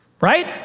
right